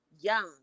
young